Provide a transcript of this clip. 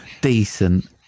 decent